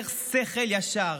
יותר שכל ישר,